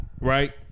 Right